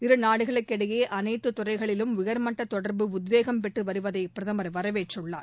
இரு நாடுகளுக்கு இடையே அனைத்துத் துறைகளிலும் உயர்மட்ட தொடர்பு உத்வேகம் பெற்று வருவதை பிரதமர் வரவேற்றுள்ளார்